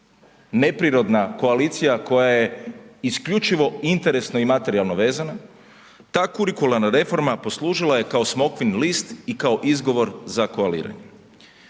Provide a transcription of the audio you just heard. neprirodna koalicija koja je isključivo interesno i materijalno vezana, ta kurikularna reforma poslužila je kao smokvin list i kao izgovor za koaliranje.